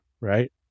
right